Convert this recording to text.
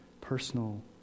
personal